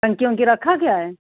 टंकी वंकी रखी गई है